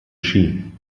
ski